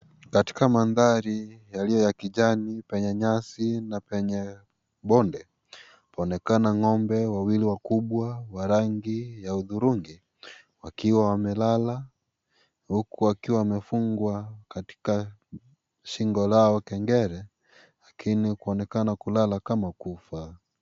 Katika mandhari yaliyo ya kijani penye nyasi na penye bonde paonekana ng'ombe wawili wakubwa wa rangi ya hudhurungi wakiwa wamelala huku wakiwa wamefungwa katika shingo lao kengele lakini kuonekana kulala kama kufa.